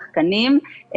שחקנים,